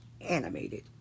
animated